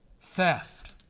theft